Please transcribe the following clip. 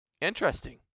interesting